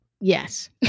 yes